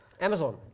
Amazon